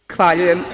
Zahvaljujem.